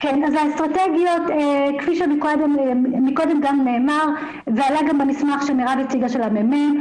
אז האסטרטגיות כפי שקודם גם נאמר ועלה גם במסמך שמירב הציגה של הממ"מ,